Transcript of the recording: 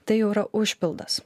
tai jau yra užpildas